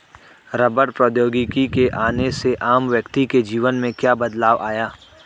रबड़ प्रौद्योगिकी के आने से आम व्यक्ति के जीवन में क्या बदलाव आया?